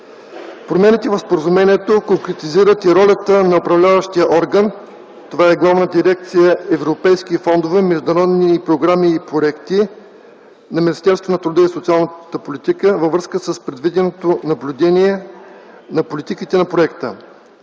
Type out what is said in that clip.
Промените в Споразумението конкретизират и ролята на управляващия орган – Главна дирекция „Европейски фондове, международни програми и проекти” на Министерството на труда и социалната политика, във връзка с предвиденото наблюдение на политиките на Проекта.